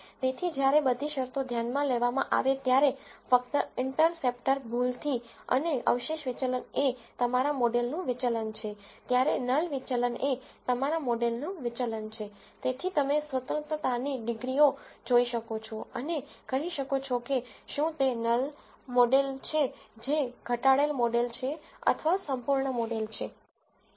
તેથી જ્યારે બધી શરતો ધ્યાનમાં લેવામાં આવે ત્યારે ફક્ત ઇન્ટરસેપ્ટર ભૂલથી અને અવશેષ વિચલન એ તમારા મોડેલનું વિચલન છે ત્યારે નલ વિચલન એ તમારા મોડેલનું વિચલન છે તેથી તમે સ્વતંત્રતાની ડિગ્રીઓ જોઈ શકો છો અને કહી શકો છો કે શું તે નલ મોડેલ છે જે ઘટાડેલ મોડેલ છે અથવા સંપૂર્ણ મોડેલ છે